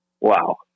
wow